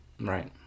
right